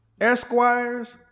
Esquires